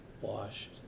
washed